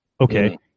okay